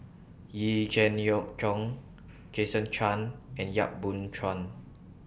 Yee Jenn Jong Jason Chan and Yap Boon Chuan